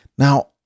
Now